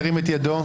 ירים את ידו.